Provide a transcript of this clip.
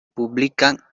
publikan